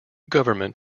government